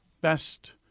best